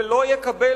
ולא יקבל,